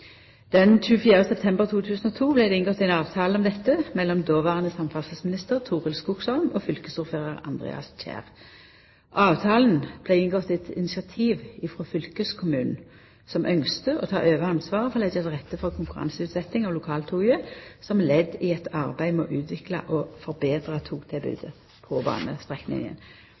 september 2002 vart det inngått ein avtale om dette mellom dåverande samferdselsminister Torild Skogsholm og fylkesordførar Andreas Kjær. Avtalen vart inngått etter initiativ frå fylkeskommunen, som ynskte å ta over ansvaret for å leggja til rette for konkurranseutsetjing av lokaltoget som ledd i eit arbeid med å utvikla og betra togtilbodet på